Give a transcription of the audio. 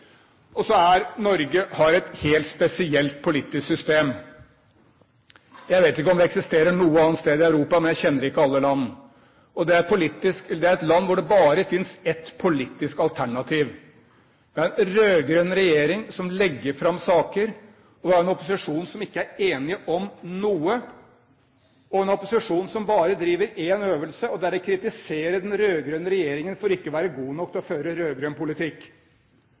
om det eksisterer noe annet sted i Europa, for jeg kjenner ikke alle land. Det er et land hvor det bare finnes ett politisk alternativ. Vi har en rød-grønn regjering som legger fram saker, og vi har en opposisjon som ikke er enige om noe, en opposisjon som bare driver én øvelse, og det er å kritisere den rød-grønne regjeringen for ikke å være god nok til å føre rød-grønn politikk.